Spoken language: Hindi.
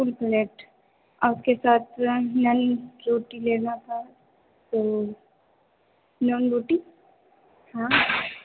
फूल प्लेट और उसके साथ पूरा नान रोटी लेना था तो नान रोटी हाँ